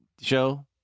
show